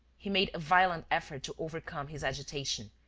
he made a violent effort to overcome his agitation,